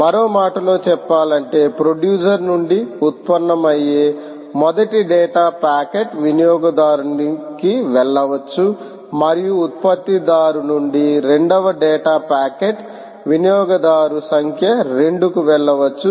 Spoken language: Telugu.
మరో మాటలో చెప్పాలంటే ప్రొడ్యూసర్ నుండి ఉత్పన్నమయ్యే మొదటి డేటా ప్యాకెట్ వినియోగదారునికి వెళ్ళవచ్చు మరియు ఉత్పత్తిదారు నుండి రెండవ డేటా ప్యాకెట్ వినియోగదారు సంఖ్య 2 కు వెళ్ళవచ్చు